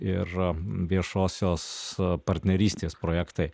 ir viešosios partnerystės projektai